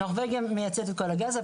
נורבגיה מייצרת את כל הגז,